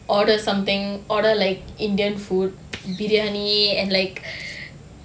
order something order like indian food briyani and like